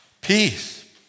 peace